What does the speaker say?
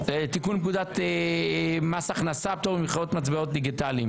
תיקון פקודת מס הכנסה (פטור ממס במכירת מטבעות דיגיטליים).